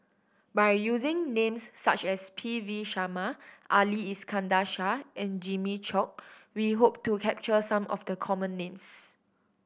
by using names such as P V Sharma Ali Iskandar Shah and Jimmy Chok we hope to capture some of the common names